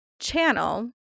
channel